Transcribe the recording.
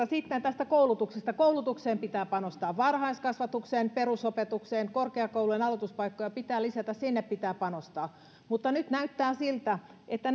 sitten koulutuksesta koulutukseen pitää panostaa varhaiskasvatukseen perusopetukseen korkeakoulujen aloituspaikkoja pitää lisätä ja sinne pitää panostaa mutta nyt näyttää siltä että